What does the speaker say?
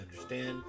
understand